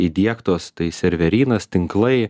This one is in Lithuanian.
įdiegtos tai serverynas tinklai